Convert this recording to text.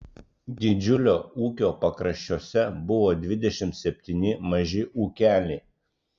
didžiulio ūkio pakraščiuose buvo dvidešimt septyni maži ūkeliai